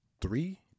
three